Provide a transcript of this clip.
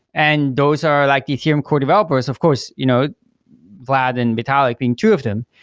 and those are like ethereum core developers, of course you know vlad and vitalik being two of them.